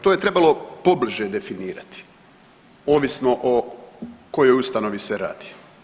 To je trebalo pobliže definirati ovisno o kojoj ustanovi se radi.